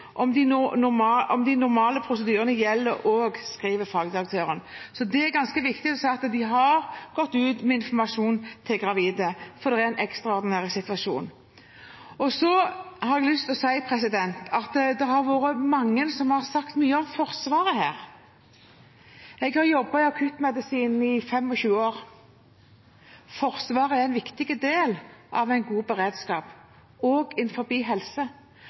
om de normale prosedyrene som gjelder». Det er ganske viktig at de har gått ut med informasjon til gravide, fordi det er en ekstraordinær situasjon. Jeg har lyst til å si at mange har sagt mye om Forsvaret her. Jeg har jobbet innen akuttmedisin i 25 år. Forsvaret er en viktig del av en god beredskap, også innenfor helse, så vi skal ikke snakke ned den kompetansen som Forsvaret har, også når det gjelder å hente inn